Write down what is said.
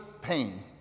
pain